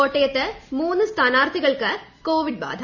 കോട്ടയത്ത് മൂന്ന് സ്ഥാനാർത്ഥികൾക്ക് കോവിഡ്ബാധ